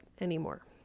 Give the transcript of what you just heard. anymore